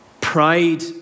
pride